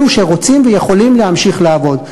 אלו שרוצים ויכולים להמשיך לעבוד.